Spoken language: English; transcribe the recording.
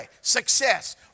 success